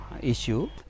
issue